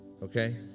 Okay